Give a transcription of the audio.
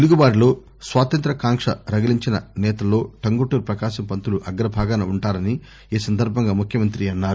తెలుగువారిలో స్వాతంత్య కాంక్ష రగిలించిన నేతల్లో టంగుటూరి ప్రకాశం పంతులు అగ్రభాగాన ఉంటారని ఈ సందర్భంగా ముఖ్యమంతి అన్నారు